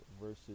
versus